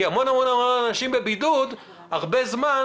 המון אנשים בבידוד הרבה זמן,